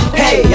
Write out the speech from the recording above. hey